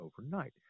overnight